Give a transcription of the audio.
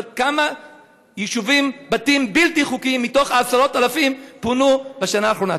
כמה בתים בלתי חוקיים מתוך עשרות האלפים פונו בשנה האחרונה?